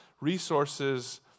resources